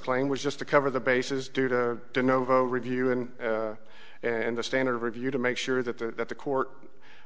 claim was just to cover the bases due to novo review and and the standard of review to make sure that the that the court